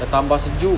bertambah sejuk